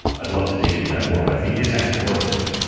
i'd love to dig into that more, but i think it is actually worth it.